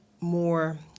more